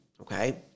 okay